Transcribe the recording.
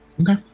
Okay